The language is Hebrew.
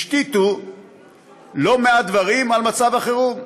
השתיתו לא מעט דברים על מצב החירום.